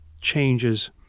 changes